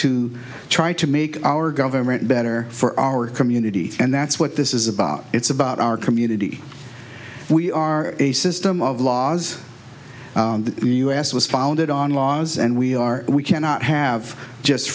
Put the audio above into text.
to try to make our government better for our community and that's what this is about it's about our community we are a system of laws the u s was founded on laws and we are we cannot have just